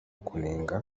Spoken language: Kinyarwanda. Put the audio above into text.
kunenga